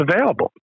available